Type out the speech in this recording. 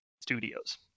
studios